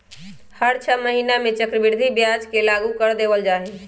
हर छ महीना में चक्रवृद्धि ब्याज के लागू कर देवल जा हई